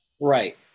right